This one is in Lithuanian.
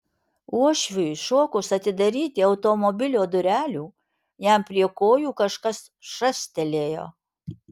uošviui šokus atidaryti automobilio durelių jam prie kojų kažkas šastelėjo